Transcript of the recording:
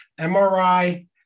MRI